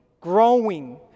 growing